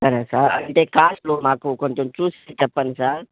సరే సార్ అంటే కాస్ట్లు మాకు కొంచెం చూసి చెప్పండి సార్